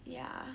ya